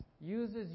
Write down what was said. uses